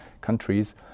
countries